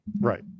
Right